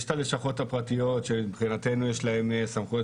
יש את הלשכות הפרטיות שמבחינתנו יש להם את הסמכויות